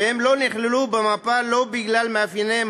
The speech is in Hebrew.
והם לא נכללו במפה לא בגלל מאפייניהם